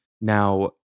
Now